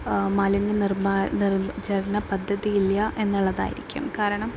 മാലിന്യ നിർമ്മാ നിർമ്മാചരണ പദ്ധതിയില്ല എന്നുള്ളതായിരിക്കും കാരണം